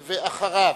ואחריו,